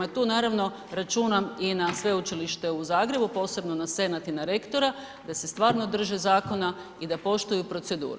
Tu naravno, računam i na Sveučilište u Zagrebu, posebno na Senat i na rektora, da se stvarno drže zakona i da poštuju proceduru.